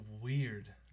weird